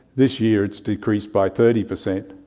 this year it's decreased by thirty per cent.